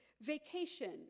vacation